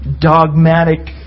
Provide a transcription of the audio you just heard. dogmatic